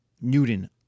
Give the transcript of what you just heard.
Newton